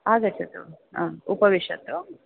आगच्छतु हा उपविशतु